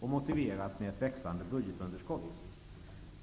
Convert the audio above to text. och motiverat det med ett växande budgetunderskott.